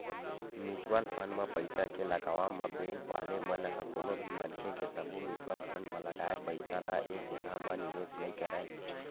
mutual fund म पइसा के लगावब म बेंक वाले मन ह कोनो भी मनखे के सब्बो म्युचुअल फंड म लगाए पइसा ल एक जघा म निवेस नइ करय